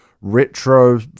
retro